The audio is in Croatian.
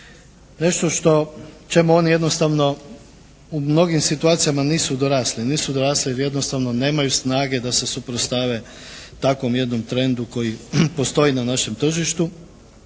nešto što, čemu oni jednostavno u mnogim situacijama nisu dorasli. Nisu dorasli jer jednostavno nemaju snage da se suprotstave takvom jednom trendu koji postoji na našem tržištu.